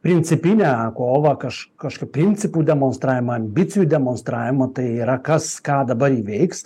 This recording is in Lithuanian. principinę kovą kaž kažkaip principų demonstravimą ambicijų demonstravimą tai yra kas ką dabar veiks